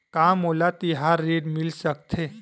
का मोला तिहार ऋण मिल सकथे?